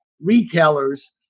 retailers